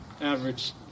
average